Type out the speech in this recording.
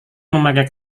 memakai